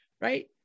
right